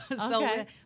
Okay